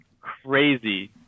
crazy